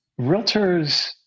realtors